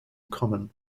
common